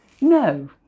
No